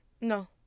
No